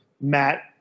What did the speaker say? Matt